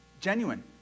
genuine